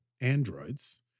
androids